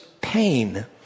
pain